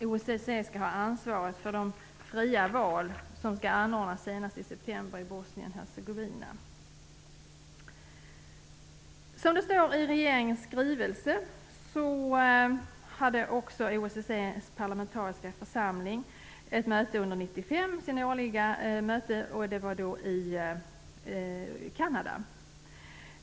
OSSE skall ha ansvaret för de fria val som senast i september skall anordnas i Som det står i regeringens skrivelse, hade OSSE:s parlamentariska församling sitt årliga möte 1995 i Kanada.